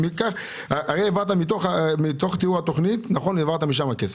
הרי העברת מתוך תיאור התכנית את הכסף.